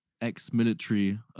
ex-military